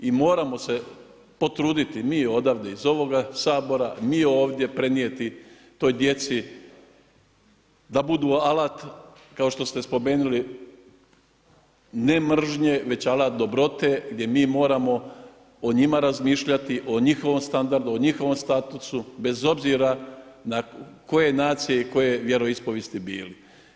I moramo se potruditi mi odavde, iz ovoga Sabora, mi ovdje prenijeti toj djeci da budu alat kao što ste spomenuli, ne mržnje, već alat dobrote gdje mi moramo o njima razmišljati, o njihovom standardu, o njihovom statusu, bez obzira koje nacije i koje vjeroispovijesti bili.